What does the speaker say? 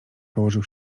położył